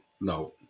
No